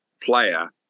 player